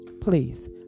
Please